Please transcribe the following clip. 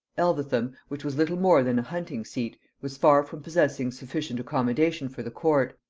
elvetham, which was little more than a hunting-seat, was far from possessing sufficient accommodation for the court,